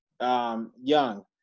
Young